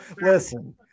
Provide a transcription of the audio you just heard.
listen –